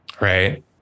right